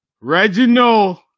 Reginald